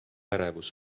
ärevus